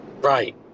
right